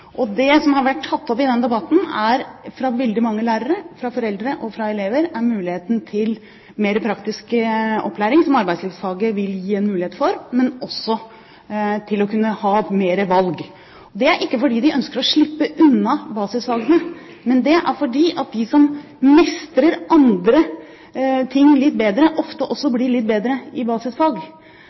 og mer preget av lærelyst. Det som har vært tatt opp i den debatten av veldig mange lærere, foreldre og elever er muligheten til mer praktisk opplæring – arbeidslivsfaget vil gi mulighet til det, men også til å kunne ha flere valg. Det er ikke fordi man ønsker å slippe unna basisfagene, men fordi de som mestrer andre ting litt bedre, ofte også blir litt bedre i basisfag.